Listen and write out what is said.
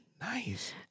Nice